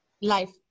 life